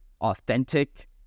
authentic